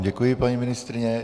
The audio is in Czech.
Děkuji vám, paní ministryně.